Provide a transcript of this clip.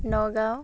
Nagaon